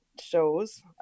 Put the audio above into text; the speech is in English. shows